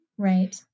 Right